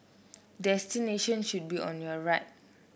destination should be on your right